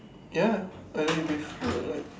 ya a little beef err